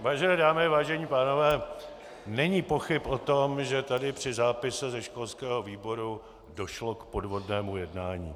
Vážené dámy, vážení pánové, není pochyb o tom, že tu při zápise ze školského výboru došlo k podvodnému jednání.